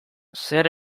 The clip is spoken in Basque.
zer